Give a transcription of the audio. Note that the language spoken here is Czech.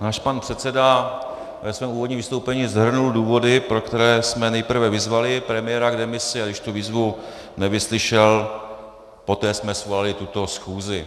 Náš pan předseda ve svém úvodním vystoupení shrnul důvody, pro které jsme nejprve vyzvali premiéra k demisi, a když tu výzvu nevyslyšel, poté jsme svolali tuto schůzi.